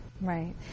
Right